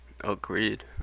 Agreed